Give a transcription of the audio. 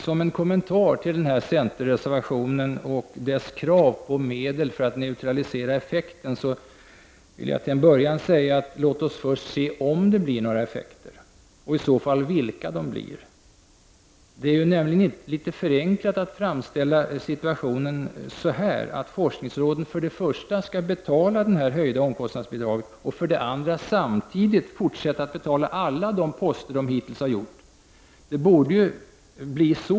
Som en kommentar till denna centerreservation och kravet på medel för att neutralisera effekten, vill jag till en början säga att vi först bör se om det blir några effekter och i så fall vilka. Det är nämligen litet förenklat att framställa situationen så, att forskningsråden för det första skall betala det höjda omkostnadsbidraget och för det andra samtidigt fortsätta att betala alla de poster som de hittills har betalat.